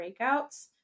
breakouts